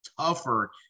tougher